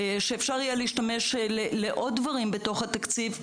שאפשר יהיה להשתמש בעוד דברים בתקציב,